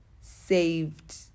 saved